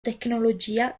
tecnologia